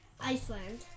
Iceland